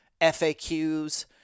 FAQs